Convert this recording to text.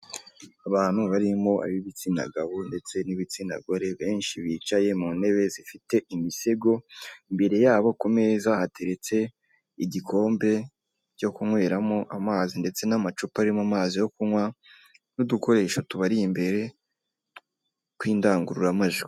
Abantu barimo ab'ibitsina gabo ndetse n'ibitsina gore benshi bicaye mu ntebe zifite imisego, imbere yabo ku meza hateretse igikombe cyo kunyweramo amazi ndetse n'amacupa arimo amazi yo kunywa n'udukoresho tubari imbere tw'indangururamajwi.